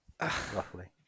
roughly